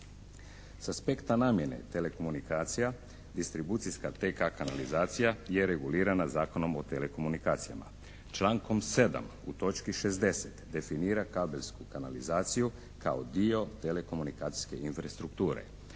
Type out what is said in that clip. S aspekta namjene telekomunikacija distribucijska TK kanalizacija je regulirana Zakonom o telekomunikacijama člankom 7. u točki 60. definira kabelsku kanalizaciju kao dio telekomunikacijske infrastrukture